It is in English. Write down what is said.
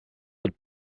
that